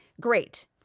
great